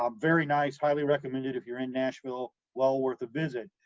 um very nice, highly recommend it if you're in nashville, well worth a visit.